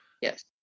Yes